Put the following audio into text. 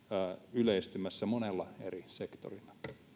yleistymässä monella eri sektorilla